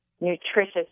nutritious